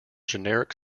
generic